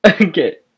Okay